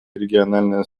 региональное